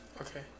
Okay